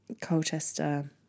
Colchester